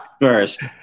First